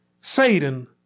Satan